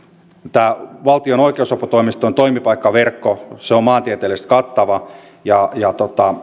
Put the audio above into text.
tämä valtion oikeusaputoimiston toimipaikkaverkko on maantieteellisesti kattava ja ja